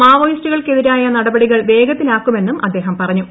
മാവോയിസ്റ്റുകൾക്കെതിരായ നടപടികൾ വേഗത്തിലാക്കുമെന്നും അദ്ദേഹം പറഞ്ഞു